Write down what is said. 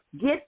get